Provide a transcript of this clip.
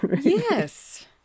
Yes